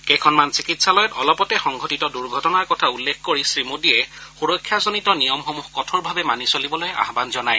কেইখনমান চিকিৎসালয়ত অলপতে সংঘটিত দূৰ্ঘটনাৰ কথা উল্লেখ কৰি শ্ৰীমোদীয়ে সুৰক্ষাজনিত নিয়মসমূহ কঠোৰভাৱে মানি চলিবলৈ আহান জনায়